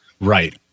right